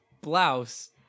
blouse